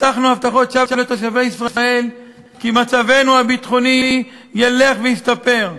הבטחנו הבטחות שווא לתושבי ישראל שמצבנו הביטחוני ילך וישתפר.